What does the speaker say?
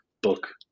book